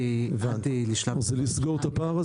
ועד לשלב -- זה לסגור את הפער הזה.